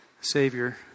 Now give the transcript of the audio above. Savior